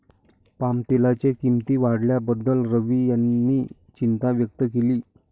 पामतेलाच्या किंमती वाढल्याबद्दल रवी यांनी चिंता व्यक्त केली